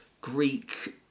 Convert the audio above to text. greek